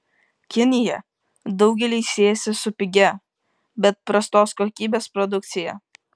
kinija daugeliui siejasi su pigia bet prastos kokybės produkcija